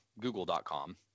Google.com